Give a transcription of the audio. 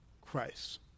Christ